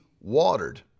watered